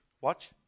Watch